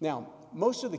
now most of the